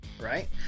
Right